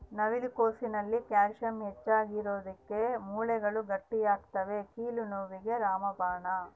ನವಿಲು ಕೋಸಿನಲ್ಲಿ ಕ್ಯಾಲ್ಸಿಯಂ ಹೆಚ್ಚಿಗಿರೋದುಕ್ಕ ಮೂಳೆಗಳು ಗಟ್ಟಿಯಾಗ್ತವೆ ಕೀಲು ನೋವಿಗೆ ರಾಮಬಾಣ